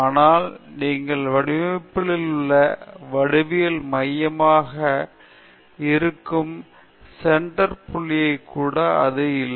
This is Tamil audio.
ஆனால் நீங்கள் வடிவமைப்பிலுள்ள வடிவியல் மையமாக இருக்கும் சென்டர் புள்ளியையும் கூட இது இல்லை